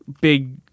big